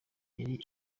yari